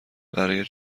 برای